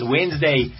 Wednesday